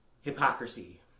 hypocrisy